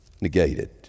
negated